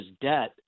debt